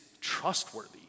trustworthy